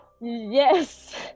Yes